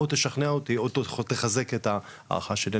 או שתשכנע אותי או שתחזק לי את ההערכה שלי,